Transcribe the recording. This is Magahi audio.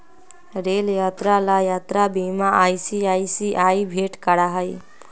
रेल यात्रा ला यात्रा बीमा आई.सी.आई.सी.आई भेंट करा हई